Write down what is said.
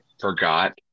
forgot